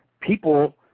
people